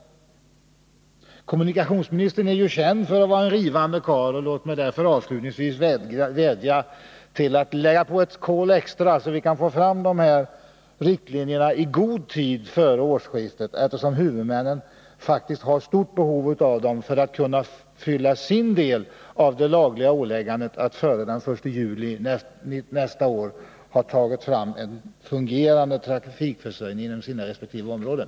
Kommunikationsministern är ju känd för att vara en rivande karl. Låt mig därför avslutningsvis vädja till honom att lägga på ett kol extra, så att vi får fram riktlinjerna i god tid före årsskiftet, eftersom huvudmännen faktiskt har stort behov av dem för att kunna fylla sin del av det lagliga åläggandet att före den 1 juli nästa år skapa en fungerande trafikförsörjning inom sina resp. områden.